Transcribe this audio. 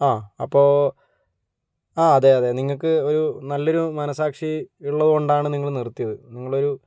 ആ അപ്പോൾ ആ അതെ അതെ നിങ്ങൾക്ക് ഒരു നല്ലൊരു മനസ്സാക്ഷി ഉള്ളതു കൊണ്ടാണ് നിങ്ങൾ നിർത്തിയത് നിങ്ങളൊരു